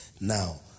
Now